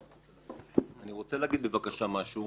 אני רוצה להגיד בבקשה משהו.